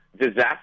disaster